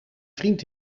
vriend